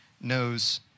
knows